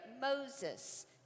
Moses